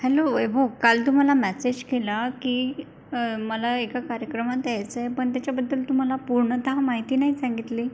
hello ए भाऊ काल तू मला मॅसेज केला की मला एका कार्यक्रमात यायच आहे पण त्याच्याबद्दल तुम्हाला पूर्णतः माहिती नाही सांगितली